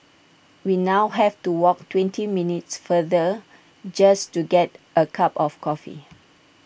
we now have to walk twenty minutes farther just to get A cup of coffee